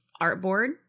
artboard